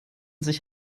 sich